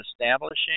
establishing